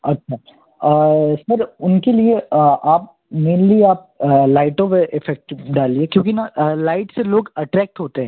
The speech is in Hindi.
अच्छा छा सर उनके लिए आप मेनली आप लाइटों पर इफ़ेक्ट डालिए क्योंकि न लाइट से लोग अट्रैक्ट होते हैं